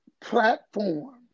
platform